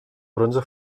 bronze